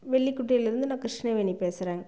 வெள்ளிக்குட்டையிலேருந்து நான் கிருஷ்ணவேணி பேசுகிறேன்